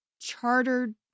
chartered